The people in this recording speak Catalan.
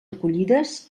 recollides